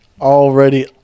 already